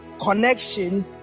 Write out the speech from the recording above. connection